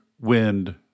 wind